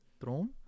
throne